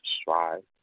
strive